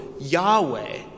Yahweh